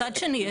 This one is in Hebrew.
מצד שני,